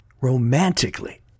romantically